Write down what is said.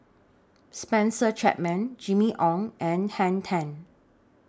Spencer Chapman Jimmy Ong and Henn Tan